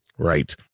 Right